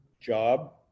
job